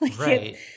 Right